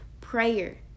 prayer